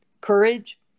courage